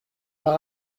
par